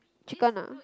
chicken ah